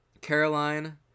Caroline